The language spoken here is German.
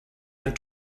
ein